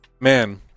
Man